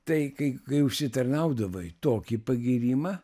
tai kai kai užsitarnaudavai tokį pagyrimą